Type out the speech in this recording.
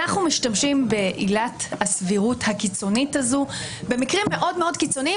אנחנו משתמשים בעילת הסבירות הקיצונית הזאת במקרים מאוד מאוד קיצוניים,